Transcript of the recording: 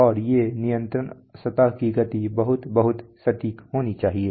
और ये नियंत्रण सतह की गति बहुत बहुत सटीक होनी चाहिए